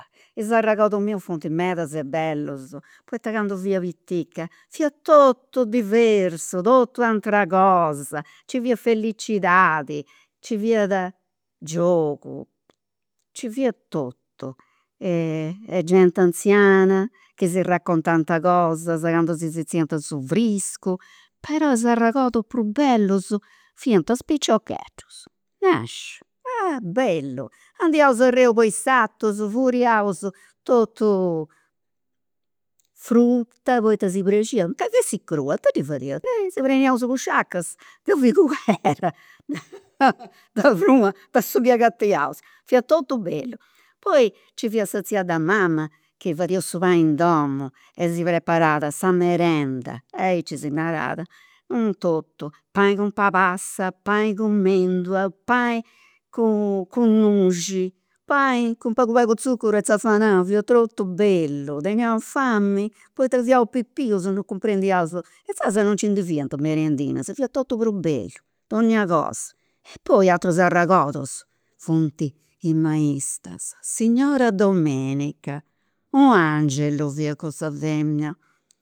I' s'arregordus mius funt medas e bellus poita candu fia piticca fiat totu diversu, totu u' atera cosa, nci fiat felicidadi, nci fiat giogu, nci fiat totu e genti anziana chi si raccontant cosas candu si setziant a su friscu, però is arregordus prus bellus fiant is piciocheddus, nasciu, ah bellu, andaiaus a reu po i' sartus, furriaus totu frutta poita si praxiat mancai fessit crua, ita ndi fadiat, si preniaus i' busciacas de figuera, de pruna, de cussu chi agatiaus, fiat totu bellu, poi nci fiat sa tzia de mama chi fadiat su pani in domu e si preparat sa merenda, aici si narat, u' totu, pani cun pabassa, pani cun mendula, pani cun- cun nuxi, pani cu pagu pagu tzuccuru e zaffanau, fiat totu bellu, teniaus fami, poita ca fiaus pipius non cumprendiaus, insaras non nci ndi fiant merendinas, fiat totu prus bellu, donnia cosa. E poi aterus arregordus funt is maistras, signora Domenica, u' angiulu fiat cussa femina